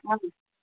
हँ